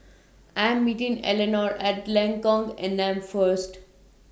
I Am meeting Eleanore At Lengkok Enam First